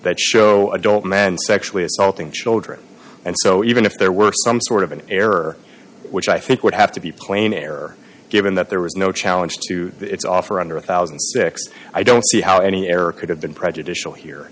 that show adult men sexually assaulting children and so even if there were some sort of an error which i think would have to be plain error given that there was no challenge to its offer under a one thousand and six i don't see how any error could have been prejudicial here